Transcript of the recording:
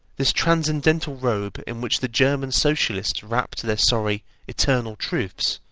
this transcendental robe in which the german socialists wrapped their sorry eternal truths,